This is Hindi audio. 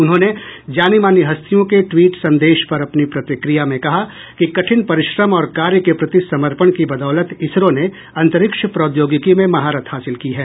उन्होंने जानी मानी हस्तियों के ट्वीट संदेश पर अपनी प्रतिक्रिया में कहा कि कठिन परिश्रम और कार्य के प्रति समर्पण की बदौलत इसरो ने अंतरिक्ष प्रौद्योगिकी में महारत हासिल की है